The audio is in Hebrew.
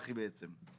בוקר טוב,